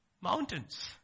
mountains